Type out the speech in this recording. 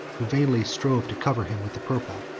who vainly strove to cover him with the purple,